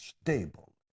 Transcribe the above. stable